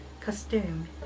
Costume